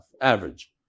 average